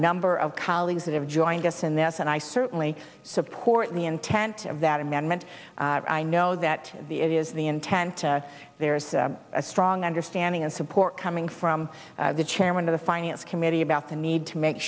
number of colleagues that have joined us in this and i certainly support the intent of that amendment i know that the it is the intent there is a strong understanding and support coming from the chairman of the finance committee about the need to make